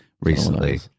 recently